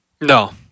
No